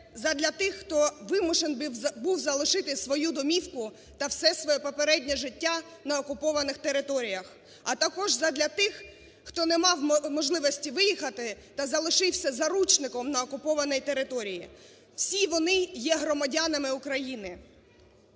тих, хто вимушений був залишити свою домівку та все своє попереднє життя на окупованих територіях, а також задля тих, хто не мав можливості виїхати та залишився заручником на окупованій території. Всі вони є громадянами України.